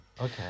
Okay